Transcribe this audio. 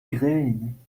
grillen